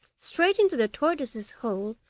straight into the tortoise's hole,